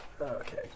Okay